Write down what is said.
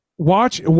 Watch